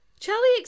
Charlie